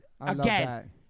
again